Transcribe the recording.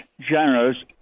generous